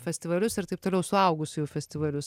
festivalius ir taip toliau suaugusiųjų festivalius